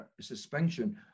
suspension